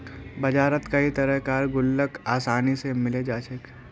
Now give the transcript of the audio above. बजारत कई तरह कार गुल्लक आसानी से मिले जा छे